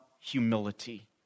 humility